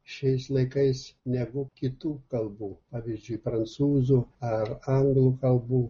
šiais laikais negu kitų kalbų pavyzdžiui prancūzų ar anglų kalbų